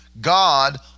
God